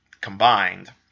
combined